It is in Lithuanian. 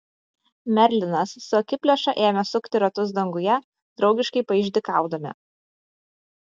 merlinas su akiplėša ėmė sukti ratus danguje draugiškai paišdykaudami